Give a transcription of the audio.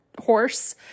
horse